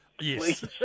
Yes